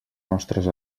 nostres